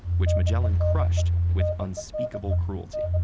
which magellan crushed with unspeakable cruelty.